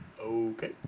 Okay